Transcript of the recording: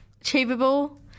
achievable